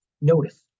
Notice